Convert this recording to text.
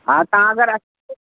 हा तव्हां अगरि अ